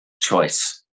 choice